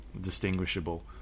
distinguishable